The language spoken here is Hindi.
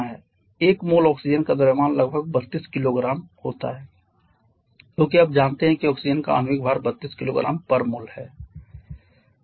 1 मोल ऑक्सीजन का द्रव्यमान लगभग 32 किलोग्राम होता है क्योंकि आप जानते हैं कि ऑक्सीजन का आणविक भार 32 किलोग्राममोल kilogrammole है